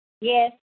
Yes